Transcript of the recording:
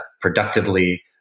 productively